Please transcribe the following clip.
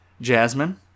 Jasmine